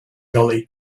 gully